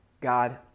God